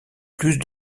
plus